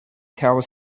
tower